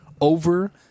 over